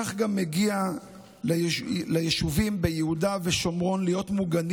כך גם מגיע ליישובים ביהודה ושומרון להיות מוגנים